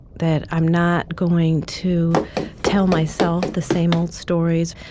that i'm not going to tell myself the same old stories.